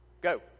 Go